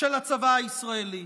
של הצבא הישראלי.